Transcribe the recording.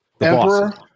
Emperor